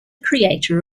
creator